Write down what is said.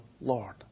Lord